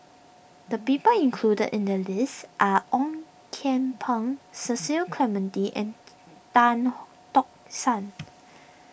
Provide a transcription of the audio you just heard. the people included in the list are Ong Kian Peng Cecil Clementi and Tan Tock San